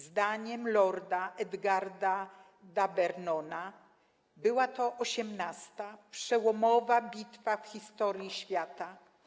Zdaniem lorda Edgara D’Abernona była to 18. przełomowa bitwa w historii świata.